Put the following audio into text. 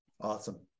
Awesome